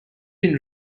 been